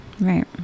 Right